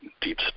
deep